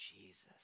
Jesus